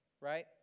right